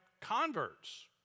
converts